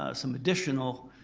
ah some additional